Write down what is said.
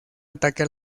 ataque